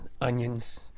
onions